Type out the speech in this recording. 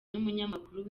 n’umunyamakuru